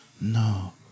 No